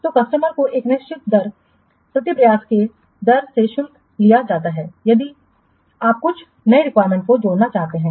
तो कस्टमर को एक निश्चित दर प्रति प्रयास की दर से शुल्क लिया जाता है इसलिए यदि आप कुछ नई रिक्वायरमेंट्स को जोड़ना चाहते हैं